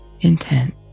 intent